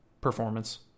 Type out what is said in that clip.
performance